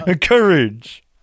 Courage